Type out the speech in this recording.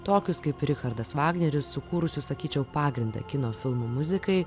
tokius kaip richardas vagneris sukūrusius sakyčiau pagrindą kino filmų muzikai